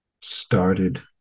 started